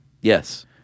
Yes